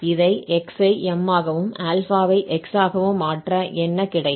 இதை x ஐ m ஆகவும் α ஐ x ஆகவும் மாற்ற என்ன கிடைக்கும்